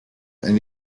and